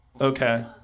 Okay